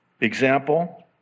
Example